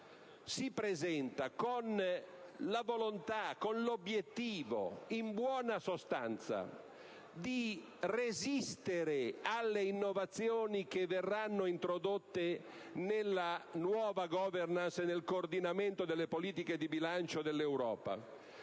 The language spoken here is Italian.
si presenta con la volontà e l'obiettivo di resistere alle innovazioni che verranno introdotte nella nuova *governance* e nel coordinamento delle politiche di bilancio dell'Europa